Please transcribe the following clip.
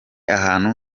ahantu